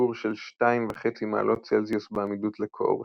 השיפור של 2.5 מעלות צלזיוס בעמידות לקור,